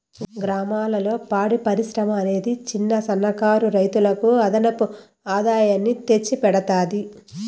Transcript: గ్రామాలలో పాడి పరిశ్రమ అనేది చిన్న, సన్న కారు రైతులకు అదనపు ఆదాయాన్ని తెచ్చి పెడతాది